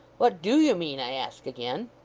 what do you mean, i ask again